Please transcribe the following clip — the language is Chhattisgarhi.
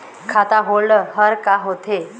खाता होल्ड हर का होथे?